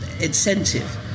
incentive